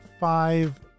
five